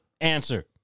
answer